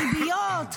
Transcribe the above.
ריביות,